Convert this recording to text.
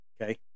okay